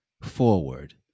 forward